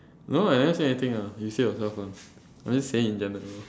no I never say anything ah you say yourself [one] I'm just saying in general